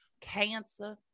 cancer